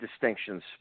distinctions